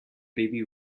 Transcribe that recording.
baby